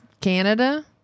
Canada